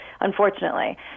Unfortunately